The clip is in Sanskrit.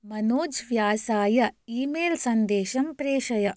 मनोज् व्यासाय ईमेल् सन्देशं प्रेषय